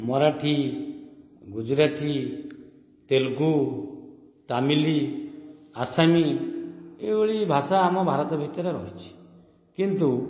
ମରାଠୀ ଗୁଜୁରାଠି ତେଲଗୁ ତାମିଲି ଆସାମୀ ଏଇ ଭଳି ଭାଷା ଆମ ଭାରତ ଭିତରେ ରହିଛି କିନ୍ତୁ